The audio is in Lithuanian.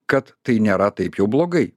kad tai nėra taip jau blogai